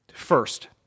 First